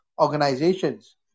organizations